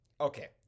Okay